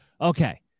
Okay